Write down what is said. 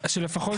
שלפחות